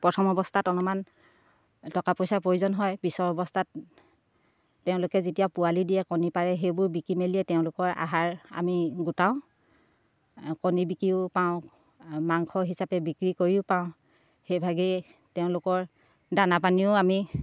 প্ৰথম অৱস্থাত অলপমান টকা পইচাৰ প্ৰয়োজন হয় পিছৰ অৱস্থাত তেওঁলোকে যেতিয়া পোৱালি দিয়ে কণী পাৰে সেইবোৰ বিকি মেলিয়ে তেওঁলোকৰ আহাৰ আমি গোটাওঁ কণী বিকিও পাওঁ মাংস হিচাপে বিক্ৰী কৰিও পাওঁ সেইভাগেই তেওঁলোকৰ দানা পানীও আমি